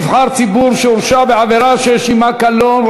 נבחר ציבור שהורשע בעבירה שיש עמה קלון).